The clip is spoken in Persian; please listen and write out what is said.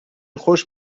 خوش